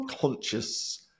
conscious